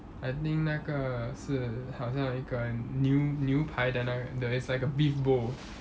I think 那个是好像一个牛牛排的那个 the it's like a beef bowl